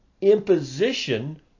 imposition